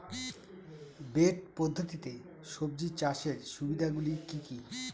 Bed পদ্ধতিতে সবজি চাষের সুবিধাগুলি কি কি?